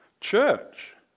church